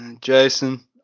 Jason